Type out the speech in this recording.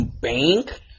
bank